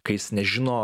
kai jis nežino